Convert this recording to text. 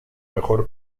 mejor